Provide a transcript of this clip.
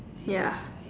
ya